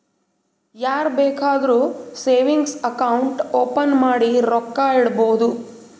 ಯಾರ್ ಬೇಕಾದ್ರೂ savings account open ಮಾಡಿ ರೊಕ್ಕಾ ಇಡ್ಬೋದು